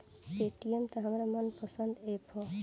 Paytm त हमार मन पसंद ऐप ह